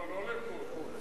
לא, לא לכל זוג,